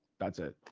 that's it.